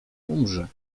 umrze